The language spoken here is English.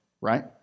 right